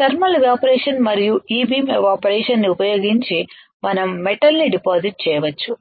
thermal evaporation మరియు E beam ఎవాపరేషన్ని ఉపయోగించి మనం మెటల్ ని డిపాజిట్ చేయవచ్చు